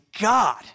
God